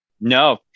No